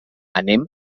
anem